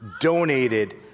donated